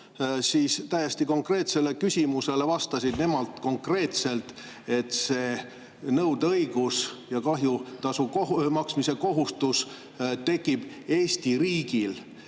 siis täiesti konkreetsele küsimusele vastasid nemad konkreetselt, et see nõudeõigus ja kahjutasu maksmise kohustus tekib Eesti riigile.